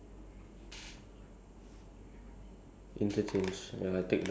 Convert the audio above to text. so ya I have to be at Ang-Mo-Kio by five thirty